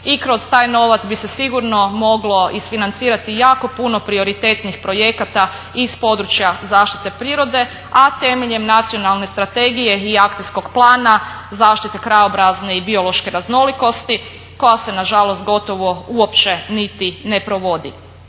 i kroz taj novac bi se sigurno moglo isfinancirati jako puno prioritetnih projekata iz područja zaštite prirode a temeljem Nacionalna strategije i Akcijskog plana zaštite krajobrazne i biološke raznolikosti koja se nažalost gotovo uopće niti ne provodi.